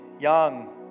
young